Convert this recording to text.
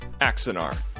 Axinar